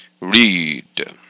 Read